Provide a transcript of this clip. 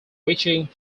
reaching